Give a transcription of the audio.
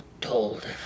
told